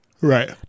Right